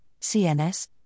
CNS